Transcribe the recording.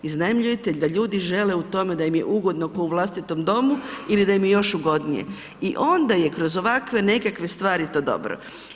Iznajmljujete da ljudi žele u tome da im je ugodno kao u vlastitom domu ili da im je još ugodnije i onda je kroz ovakve nekakve stvari to dobro.